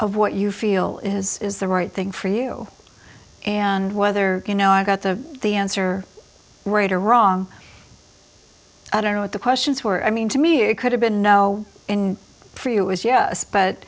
of what you feel is is the right thing for you and whether you know i got the the answer right or wrong i don't know what the questions were i mean to me it could have been no pre it was yes